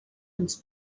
ens